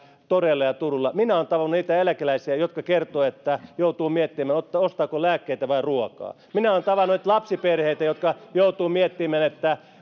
toreilla ja turuilla minä olen tavannut niitä eläkeläisiä jotka kertovat että joutuvat miettimään ostavatko lääkkeitä vai ruokaa minä olen tavannut lapsiperheitä jotka joutuvat miettimään